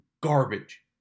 garbage